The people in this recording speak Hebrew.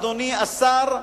אדוני השר,